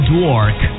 Dwarf